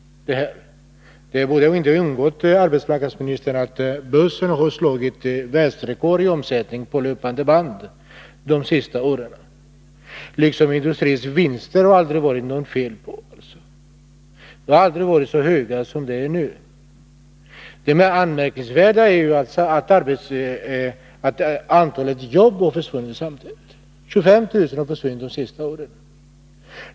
Det borde ju inte ha undgått arbetsmarknadsministern att börsen har satt världsrekord i omsättning på löpande band de senaste åren, och industrins vinster har det aldrig varit något fel på. De har aldrig varit så höga som de är nu. Det anmärkningsvärda är alltså att antalet jobb har minskat samtidigt. 25 000 har försvunnit de senaste åren.